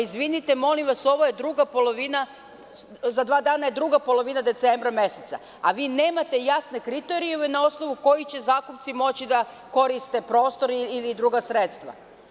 Izvinite, molim vas, za dva dana je druga polovina decembra meseca, a vi nemate jasne kriterijume na osnovu kojih će zakupci moći da koriste prostor ili druga sredstva.